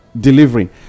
delivery